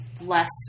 less